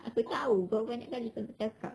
aku tahu berapa banyak kali kau nak cakap